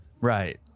Right